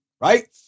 right